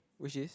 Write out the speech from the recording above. which is